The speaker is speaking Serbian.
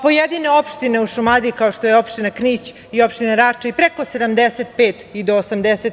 Pojedine opštine u Šumadiji, kao što je opština Knić i opština Rača, i preko 75 i do 80%